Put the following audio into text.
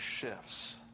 shifts